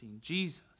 Jesus